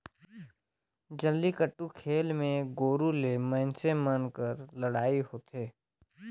जल्लीकट्टू खेल मे गोरू ले मइनसे मन कर लड़ई होथे